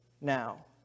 now